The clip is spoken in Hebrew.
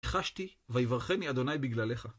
ניחשתי, ויברכני אדוני בגללך.